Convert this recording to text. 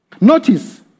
Notice